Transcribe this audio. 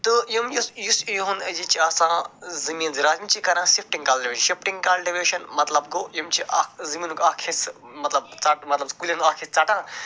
تہٕ یِم یُس یُس یِہُنٛد یہِ چھِ آسان زٔمیٖن زِراعت یِم چھِ کَران سِفٹنٛگ کلٹٕویشن شِفٹنٛگ کلٹٕویشن مطلب گوٚو یِم چھِ اکھ زٔمیٖنُک اکھ حِصہٕ مطلب ژٹ مطلب کُلٮ۪ن اکھ حِصہٕ ژٹان